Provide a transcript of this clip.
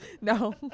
No